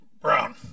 Brown